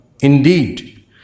Indeed